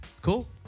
Cool